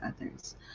others